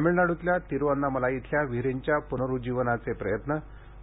तमिळनाडूतल्या तिरूअन्नामलाई इथल्या विहिरींच्या प्नरुज्जीवनाचे प्रयत्न